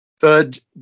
Third